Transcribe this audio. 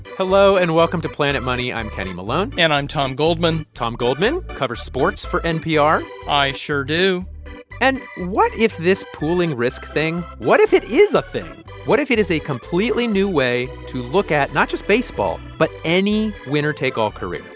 hello, and welcome to planet money. i'm kenny malone and i'm tom goldman tom goldman covers sports for npr i sure do and what if this pooling risk thing what if it is a thing? what if it is a completely new way to look at not just baseball but any winner-take-all career?